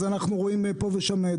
אנחנו רואים ניידות פה ושם.